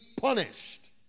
punished